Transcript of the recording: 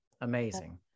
amazing